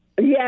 Yes